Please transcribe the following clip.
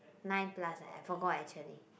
nine plus eh I forgot actually